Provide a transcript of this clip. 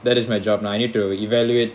that is my job now I need to evaluate